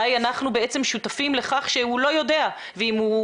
אנחנו בעצם שותפים לכך שהוא לא יודע או לא